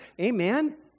Amen